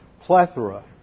plethora